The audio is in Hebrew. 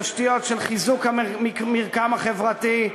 תשתיות של חיזוק המרקם החברתי.